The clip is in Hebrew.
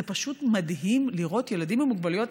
זה פשוט מדהים לראות ילדים עם מוגבלויות,